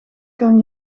kan